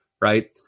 right